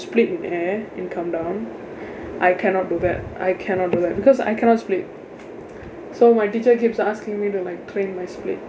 split in air and come down I cannot do that I cannot do that because I cannot split so my teacher keeps asking me to like clean my split